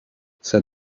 said